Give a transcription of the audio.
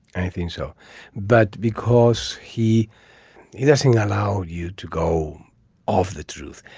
i think so but because he he doesn't allow you to go off the truth.